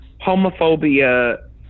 homophobia